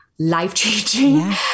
life-changing